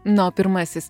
na o pirmasis